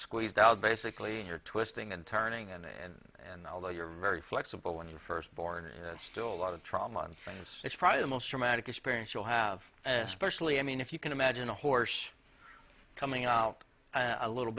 squeezed out basically you're twisting and turning and and although you're very flexible when you're first born it's still a lot of trauma on friends it's probably the most traumatic experience you'll have specially i mean if you can imagine a horse coming out a little